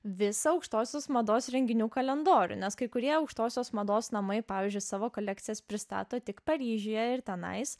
visą aukštosios mados renginių kalendorių nes kai kurie aukštosios mados namai pavyzdžiui savo kolekcijas pristato tik paryžiuje ir tenais